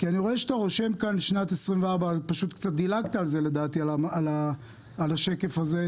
כי אני רואה שאתה רושם כאן שנת 2024. קצת דילגת על השקף הזה.